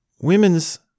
women's